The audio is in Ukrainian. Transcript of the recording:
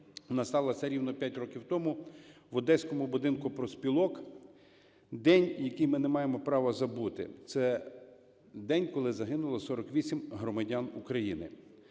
сталася рівно 5 років тому в Одеському будинку профспілок, день, який ми не маємо права забути. Це день коли загинуло 48 громадян України.